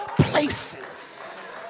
places